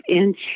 inch